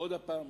עוד הפעם